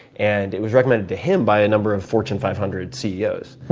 and it was recommended to him by a number of fortune five hundred ceos.